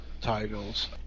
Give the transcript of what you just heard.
titles